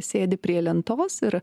sėdi prie lentos ir